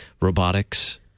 robotics